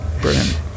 brilliant